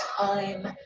time